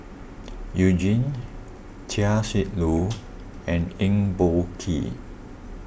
You Jin Chia Shi Lu and Eng Boh Kee